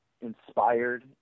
inspired